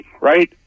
right